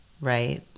right